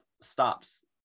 stops